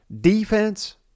Defense